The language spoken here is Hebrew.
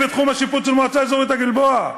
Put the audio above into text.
בתחום השיפוט של מועצה אזורית הגלבוע,